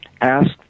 asked